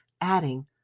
adding